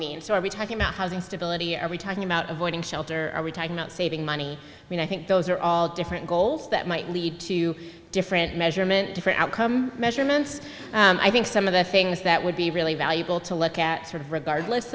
mean so are we talking about housing stability are we talking about avoiding shelter or are we talking about saving money i mean i think those are all different goals that might lead to different measurement different outcome measurements i think some of the things that would be really valuable to look at sort of regardless